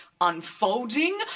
Unfolding